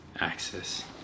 access